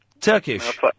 Turkish